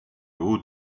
haut